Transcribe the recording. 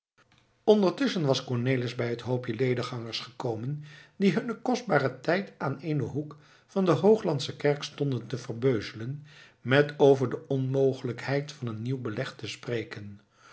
ondertusschen was cornelis bij het hoopje lediggangers gekomen die hunnen kostbaren tijd aan eenen hoek van de hooglandsche kerk stonden te verbeuzelen met over de onmogelijkheid van een nieuw beleg te spreken